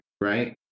right